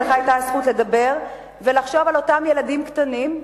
ולך היתה הזכות לדבר ולחשוב על אותם ילדים קטנים.